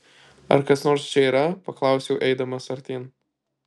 ar kas nors čia yra paklausiau eidamas artyn